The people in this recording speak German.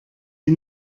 die